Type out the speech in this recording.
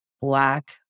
Black